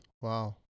wow